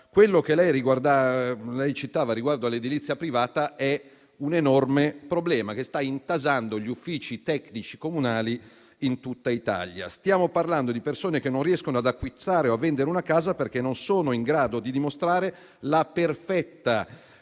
senatrice Minasi citava riguardo all'edilizia privata è un enorme problema che sta intasando gli uffici tecnici comunali in tutta Italia. Stiamo parlando di persone che non riescono ad acquistare o a vendere una casa perché non sono in grado di dimostrare la perfetta